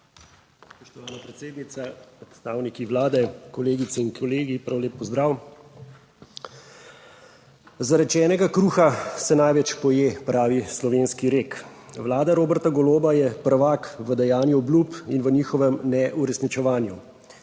Spoštovana predsednica, predstavniki Vlade, kolegice in kolegi, prav lep pozdrav! Zarečenega kruha se največ poje, pravi slovenski rek. Vlada Roberta Goloba je prvak v dajanju obljub in v njihovem neuresničevanju.